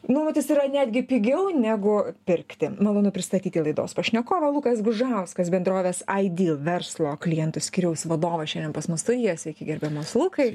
nuomotis yra netgi pigiau negu pirkti malonu pristatyti laidos pašnekovą lukas gužauskas bendrovės aidy verslo klientų skyriaus vadovas šiandien pas mus studijoje sveiki gerbiamas lukai